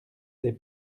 des